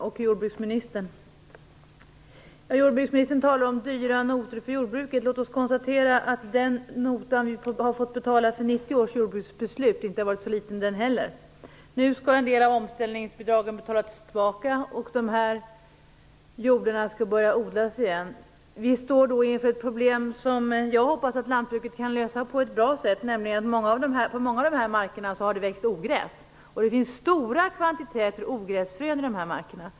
Fru talman! Jordbruksministern talar om dyra notor för jordbruket. Låt oss konstatera att den nota vi har fått betala för 1990 års jordbruksbeslut inte varit så liten den heller. Nu skall en del av omställningsbidragen betalas tillbaka, och dessa jordar skall börja odlas igen. Vi står då inför ett problem som jag hoppas att lantbruket kan lösa på ett bra sätt. På många av dessa marker har det växt ogräs, och det finns stora kvantiteter ogräsfrö i dem.